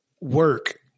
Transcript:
work